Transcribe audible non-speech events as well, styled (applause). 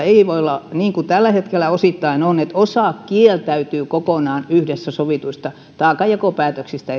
(unintelligible) ei voi olla niin kuin tällä hetkellä osittain on että osa kieltäytyy kokonaan esimerkiksi yhdessä sovituista taakanjakopäätöksistä (unintelligible)